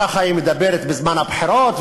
ככה היא מדברת בזמן הבחירות,